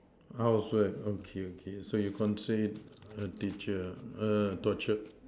I also have okay okay so you consider teacher a torture